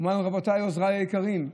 הוא אומר להם: רבותיי, עוזריי היקרים,